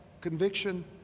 conviction